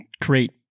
create